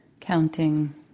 counting